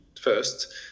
first